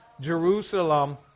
Jerusalem